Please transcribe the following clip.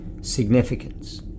significance